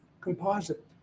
composite